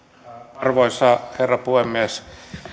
arvoisa herra puhemies